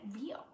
real